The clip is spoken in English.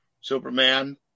Superman